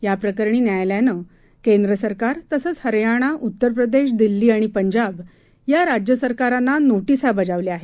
याप्रकरणी न्यायालयानं केंद्र सरकार तसंच हरियाणा उत्तर प्रदेश दिल्ली आणि पंजाब या राज्य सरकारांना नोटिसा बजावल्या आहेत